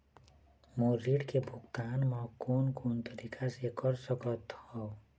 मोर ऋण के भुगतान म कोन कोन तरीका से कर सकत हव?